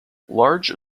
large